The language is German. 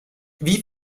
wie